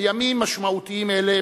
בימים משמעותיים אלה,